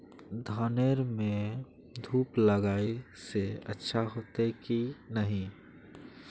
धानेर में धूप लगाए से अच्छा होते की नहीं?